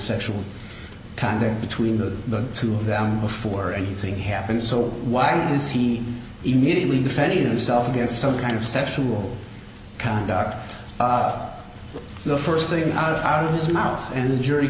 sexual contact between the two of them before anything happened so why is he immediately defending himself against some kind of sexual conduct the first thing out of out of his mouth and the jury